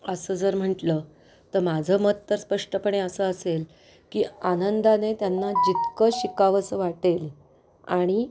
असं जर म्हंटलं तर माझं मत तर स्पष्टपणे असं असेल की आनंदाने त्यांना जितकं शिकावंसं वाटेल आणि